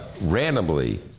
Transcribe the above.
randomly